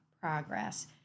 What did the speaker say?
progress